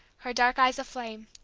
her dark eyes aflame.